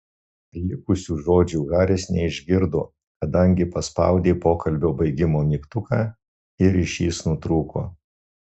likusių žodžių haris neišgirdo kadangi paspaudė pokalbio baigimo mygtuką ir ryšys nutrūko